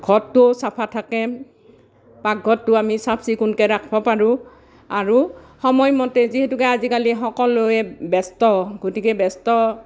ঘৰটো চাফা থাকে পাকঘৰটো আমি চাফচিকুণকৈ ৰাখিব পাৰোঁ আৰু সময়মতে যিহেতুকে আজিকালি সকলোৱে ব্যস্ত গতিকে ব্যস্ত